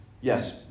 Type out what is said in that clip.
Yes